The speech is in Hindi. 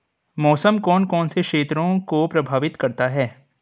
मौसम कौन कौन से क्षेत्रों को प्रभावित करता है?